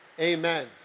Amen